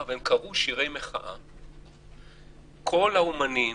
כל האומנים,